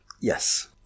Yes